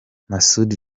masud